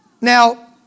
Now